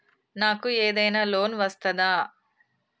నాకు ఏదైనా లోన్ వస్తదా?